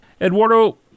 Eduardo